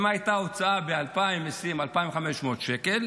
בשנת 2020 ההוצאה הייתה 2,500 שקל,